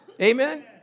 Amen